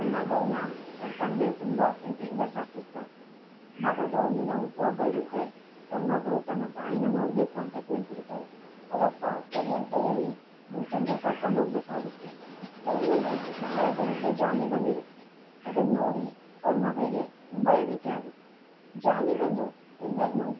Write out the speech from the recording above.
ತನ್ನ ಮಗಳನ್ನ ಅವರ ತಂದೆ ತುಂಬ ಪ್ರೀತಿಯಿಂದ ಸಾಕಿರ್ತಾರೆ ಮಗಳ್ದು ಒಂದು ದಿನ ಹುಟ್ಟುಹಬ್ಬ ಇರುತ್ತೆ ಅವರ ಮಗಳು ತನ್ನ ತಾಯಿನ ನೋಡ್ಬೇಕು ಅಂತ ಕೇಳ್ತಿರ್ತಾಳೆ ಅವರಪ್ಪ ಸರಿ ಅಂತ ಹೇಳಿ ಬುಸನ್ಗೆ ಕರ್ಕೊಂಡು ಹೋಗಬೇಕಾಗುತ್ತೆ ರೈಲ್ನಲ್ಲಿ ಬಹಳ ಜನಕ್ಕೆ ಜಾಂಬಿ ಬಂದಿರುತ್ತೆ ಅದನ್ನ ನೋಡಿ ಅವರ ಮಗಳಿಗೆ ತುಂಬ ಹೆದರಿಕೆ ಆಗುತ್ತೆ ಜಾಂಬಿ ಬಂದು ಎಲ್ಲರ್ನೂ